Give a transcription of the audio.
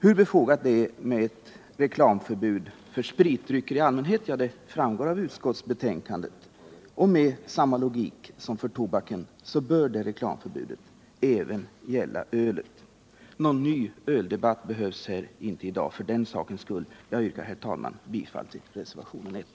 Hur befogat det är med ett reklamförbud för spritdrycker i allmänhet framgår av utskottsbetänkandet, och med samma logik som i fråga om tobaken bör reklamförbudet även gälla ölet. Någon ny öldebatt behövs inte här i dag för den sakens skull. Jag yrkar, herr talman, bifall till reservationen 1.